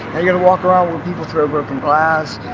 you gotta walk around where people throw broken glass,